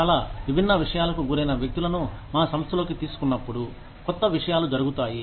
చాలా విభిన్న విషయాలకు గురైన వ్యక్తులను మా సంస్థలోకి తీసుకున్నప్పుడు కొత్త విషయాలు జరుగుతాయి